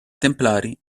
templari